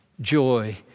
joy